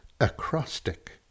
acrostic